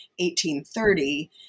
1830